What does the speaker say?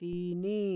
ତିନି